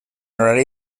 horari